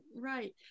right